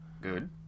Good